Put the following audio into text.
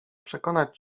przekonać